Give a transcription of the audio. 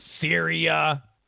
Syria